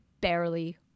barely